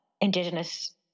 Indigenous